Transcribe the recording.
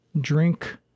drink